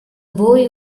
boy